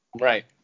Right